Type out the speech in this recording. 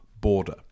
border